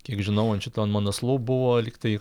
kiek žinau ant šito ant manaslu buvo lyg tai